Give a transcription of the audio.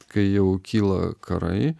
kai jau kyla karai